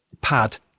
pad